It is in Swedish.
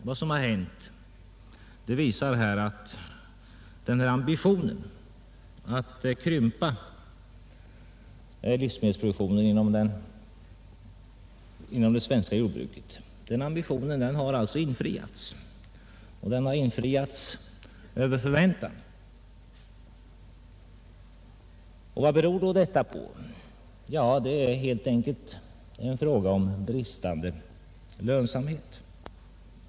Vad som hänt visar att ambitionen att krympa livsmedelsproduktionen inom det svenska jordbruket har infriats, och den har infriats över förväntan. Vad beror då detta på? Det är helt enkelt en fråga om bristande lönsamhet.